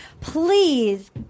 Please